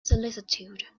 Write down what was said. solicitude